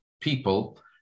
people